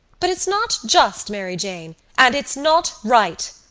but it's not just, mary jane, and it's not right.